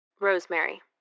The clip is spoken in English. Rosemary